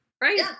right